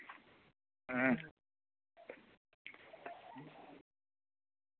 ᱚᱸᱜ